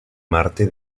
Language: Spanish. marte